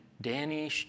Danny